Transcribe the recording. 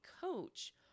coach